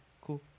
cool